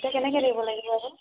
এতিয়া কেনেকৈ দিব লাগিব আকৌ